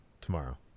tomorrow